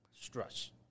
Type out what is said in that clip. stress